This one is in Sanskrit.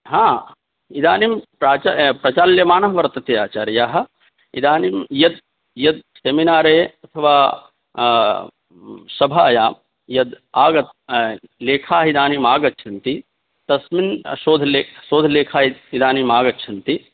हा इदानीं प्राच प्रचाल्यमाणं वर्तते आचार्यः इदानीं यत् यत् सेमिनारे अथवा सभायां यद् आगत् लेखाः इदानीं आगच्छन्ति तस्मिन् शोधले शोधलेखाः इदानीम् आगच्छन्ति